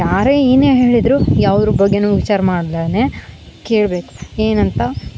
ಯಾರೆ ಏನೇ ಹೇಳಿದರೂ ಯಾವುದ್ರು ಬಗ್ಗೆನು ವಿಚಾರ ಮಾಡ್ಲೇನೆ ಕೇಳ್ಬೇಕು ಏನಂತ